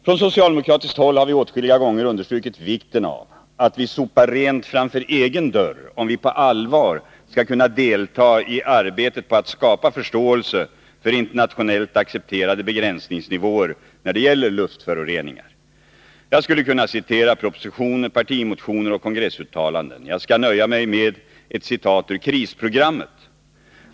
Från socialdemokratiskt håll har åtskilliga gånger understrukits vikten av att vi sopar rent framför egen dörr, om vi på allvar skall kunna delta i arbetet på att skapa förståelse för internationellt accepterade begränsningsnivåer när det gäller luftföroreningar. Jag skulle kunna citera propositioner, partimotioner och kongressuttalanden. Jag skall nöja mig med ett citat ur krisprogrammet.